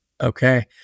Okay